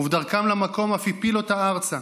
ובדרכם למקום אף הפיל אותה ארצה.